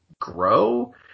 grow